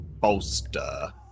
bolster